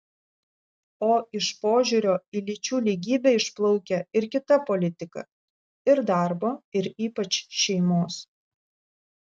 o iš požiūrio į lyčių lygybę išplaukia ir kita politika ir darbo ir ypač šeimos